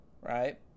Right